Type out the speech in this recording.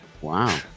Wow